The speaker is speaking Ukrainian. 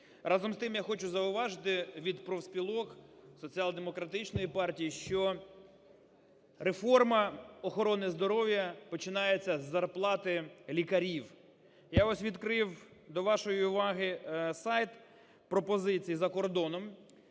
Разом з тим, я хочу зауважити від профспілок, Соціал-демократичної партії, що реформа охорони здоров'я починається з зарплати лікарів. Я ось відкрив до вашої уваги сайт пропозицій за кордоном